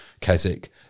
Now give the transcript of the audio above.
Keswick